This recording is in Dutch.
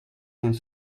zijn